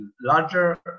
larger